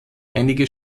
einige